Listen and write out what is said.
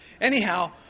Anyhow